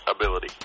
ability